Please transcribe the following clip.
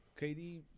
KD